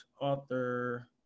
author